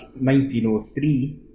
1903